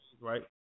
right